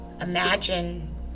imagine